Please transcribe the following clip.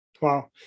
Wow